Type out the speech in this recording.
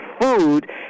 food